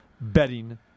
betting